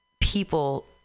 people